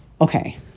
okay